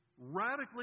radically